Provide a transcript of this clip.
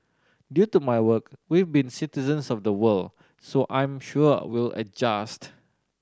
due to my work we've been citizens of the world so I'm sure we'll adjust